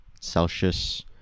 Celsius